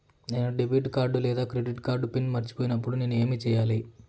నేను debit card లేదా credit card pin మర్చిపోయినప్పుడు నేను ఏమి సెయ్యాలి?